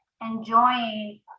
enjoying